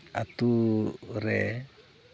ᱟᱛᱳ ᱨᱮ